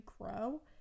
grow